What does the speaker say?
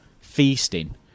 feasting